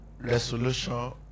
resolution